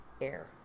air